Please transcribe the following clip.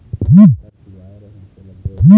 खाता खुलवाय रहे तेला देव?